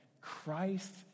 Christ